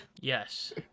Yes